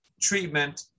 treatment